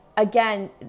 Again